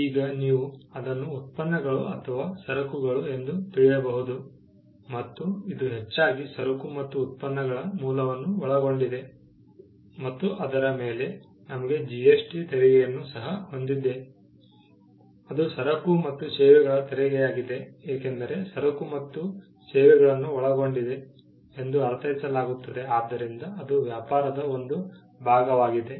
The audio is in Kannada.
ಈಗ ನೀವು ಅದನ್ನು ಉತ್ಪನ್ನಗಳು ಅಥವಾ ಸರಕುಗಳು ಎಂದು ತಿಳಿಯಬಹುದು ಮತ್ತು ಇದು ಹೆಚ್ಚಾಗಿ ಸರಕು ಮತ್ತು ಉತ್ಪನ್ನಗಳ ಮೂಲವನ್ನು ಒಳಗೊಂಡಿದೆ ಮತ್ತು ಅದರ ಮೇಲೆ ನಮಗೆ GST ತೆರಿಗೆಯನ್ನು ಸಹ ಹೊಂದಿದೆ ಅದು ಸರಕು ಮತ್ತು ಸೇವೆಗಳ ತೆರಿಗೆಯಾಗಿದೆ ಏಕೆಂದರೆ ಸರಕು ಮತ್ತು ಸೇವೆಗಳನ್ನು ಒಳಗೊಂಡಿದೆ ಎಂದು ಅರ್ಥೈಸಲಾಗುತ್ತದೆ ಆದ್ದರಿಂದ ಅದು ವ್ಯಾಪಾರದ ಒಂದು ಭಾಗವಾಗಿದೆ